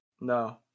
No